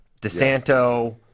DeSanto